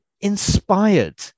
inspired